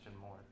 more